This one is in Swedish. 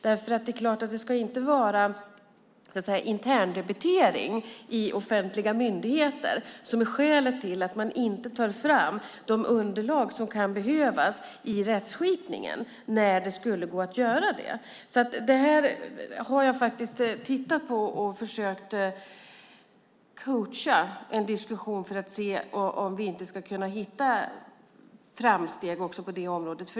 Det är klart att det inte ska vara interndebiteringen i offentliga myndigheter som är skälet till att man inte tar fram de underlag som kan behövas i rättskipningen när det skulle gå att göra det. Det här har jag tittat på och försökt coacha en diskussion för att se om det inte ska gå att göra framsteg på det området.